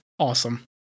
awesome